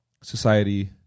society